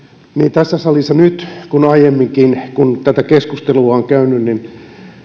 tässä salissa kuin aiemminkin kun tätä keskustelua on käyty